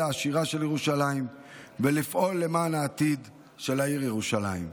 העשירה של ירושלים ולמען העתיד של העיר ירושלים.